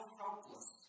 helpless